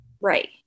Right